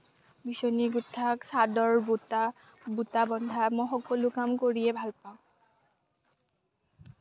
বিছনী গুঠা চাদৰ বুটা বুটা বন্ধা মই সকলো কাম কৰিয়েই ভাল পাওঁ